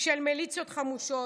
של מיליציות חמושות.